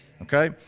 Okay